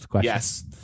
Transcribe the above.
Yes